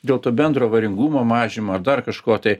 dėl to bendro avaringumo mažinimo ar dar kažko tai